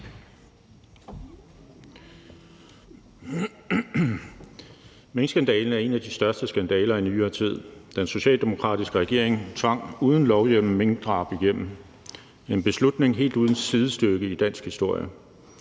Minkskandalen er en af de største skandaler i nyere tid. Den socialdemokratiske regering tvang uden lovhjemmel minkdrab igennem – en beslutning helt uden sidestykke i dansk historie.